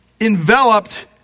enveloped